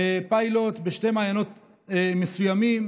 פיילוט בשני מעיינות מסוימים,